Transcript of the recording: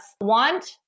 want